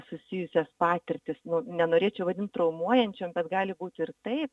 susijusias patirtis nenorėčiau vadint traumuojančiom bet gali būt ir taip